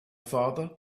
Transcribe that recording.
father